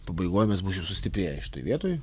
pabaigoj mes būsim sustiprėję šitoj vietoj